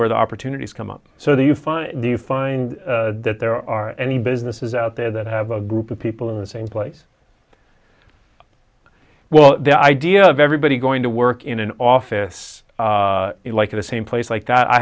where the opportunities come up so that you find the you find that there are any businesses out there that have a group of people in the same place well the idea of everybody going to work in an office like the same place like that i